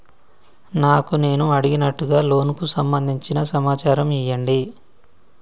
నాకు నేను అడిగినట్టుగా లోనుకు సంబందించిన సమాచారం ఇయ్యండి?